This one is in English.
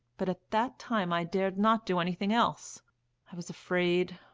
but at that time i dared not do anything else i was afraid,